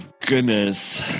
goodness